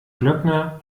glöckner